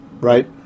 right